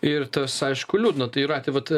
ir tas aišku liūdna tai jūrate vat